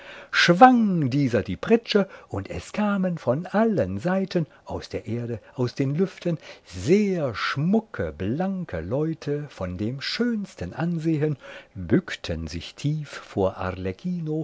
schwang dieser die pritsche und es kamen von allen seiten aus der erde aus den lüften sehr schmucke blanke leute von dem schönsten ansehen bückten sich tief vor